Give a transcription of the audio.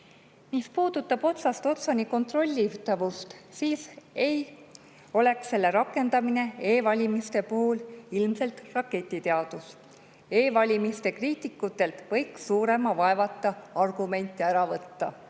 Mis puudutab otsast otsani kontrollitavust, siis ei oleks selle rakendamine e‑valimiste puhul ilmselt raketiteadus. E‑valimiste kriitikutelt võiks suurema vaevata argumente ära võtta.